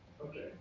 Okay